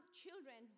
children